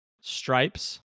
Stripes